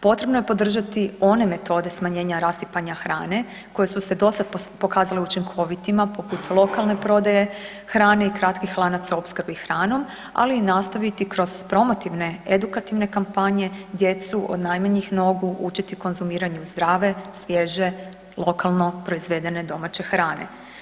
Potrebno je podržati one metode smanjenja rasipanja hrane koji su se do sad pokazali učinkovitima, poput lokalne prodaje hrane i kratkih lanaca opskrbi hranom, ali i nastaviti kroz promotivne, edukativne kampanje djecu od najmanjih nogu učiti konzumiranju zdrave, svježe, lokalne proizvedene domaće hrane.